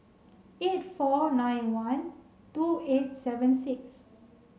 eight four nine one two eight seven six